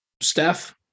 Steph